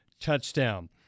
touchdown